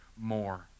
more